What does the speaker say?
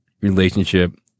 relationship